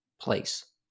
place